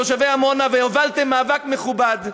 תושבי עמונה והובלתם מאבק מכובד,